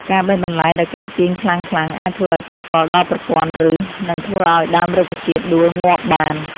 ការបេះបន្លែដោយការទាញខ្លាំងៗអាចធ្វើឱ្យប៉ះពាល់ដល់ប្រព័ន្ធឫស និងធ្វើឱ្យដើមរុក្ខជាតិដួលងាប់បាន។